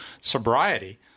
sobriety